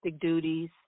duties